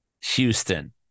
Houston